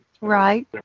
Right